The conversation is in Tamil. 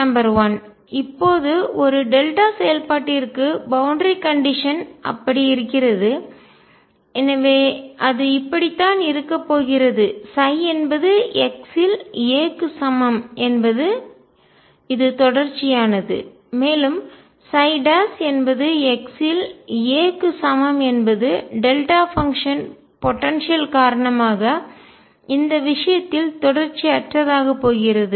நம்பர் 1 இப்போது ஒரு டெல்டா செயல்பாட்டிற்கு பவுண்டரி கண்டிஷன் எல்லை நிபந்தனை அப்படி இருக்கிறது எனவே அது இப்படித்தான் இருக்க போகிறது என்பது x இல் a க்கு சமம் என்பது இது தொடர்ச்சியானது மேலும் என்பது x இல் a க்கு சமம் என்பது டெல்டா பங்ஷன் போடன்சியல் ஆற்றல் காரணமாக இந்த விஷயத்தில் தொடர்ச்சியற்றதாக போகிறது